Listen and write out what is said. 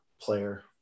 player